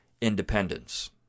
independence